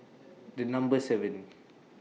The Number seven